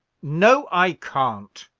no, i can't,